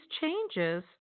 changes